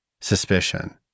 suspicion